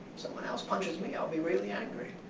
someone else punches me, i'll be really angry.